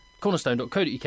cornerstone.co.uk